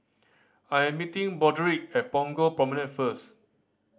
I'm meeting Broderick at Punggol Promenade first